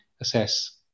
assess